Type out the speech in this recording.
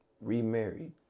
remarried